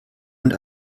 und